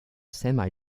semi